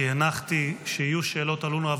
כי הנחתי שיהיו שאלות על אונר"א,